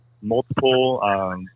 multiple